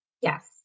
Yes